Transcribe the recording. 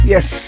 Yes